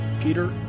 Peter